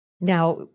Now